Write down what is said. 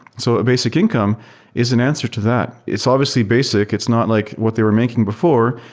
so ah basic income is an answer to that. it's obviously basic. it's not like what they were making before,